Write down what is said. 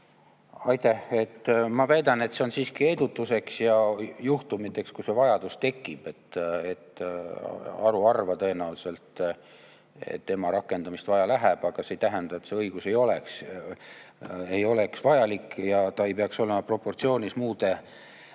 Ma väidan, et see on siiski heidutuseks ja juhtumiteks, kui see vajadus tekib. Haruharva tõenäoliselt tema rakendamist vaja läheb, aga see ei tähenda, et see õigus ei oleks vajalik ja ta ei peaks olema proportsioonis muude